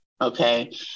okay